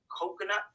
coconut